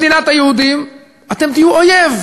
אתם תהיו אויב,